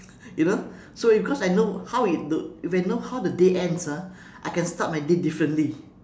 you know so if cause I know how it look when you know how the day ends ah I can start my day differently